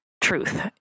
truth